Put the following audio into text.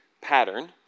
pattern